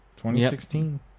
2016